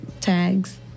tags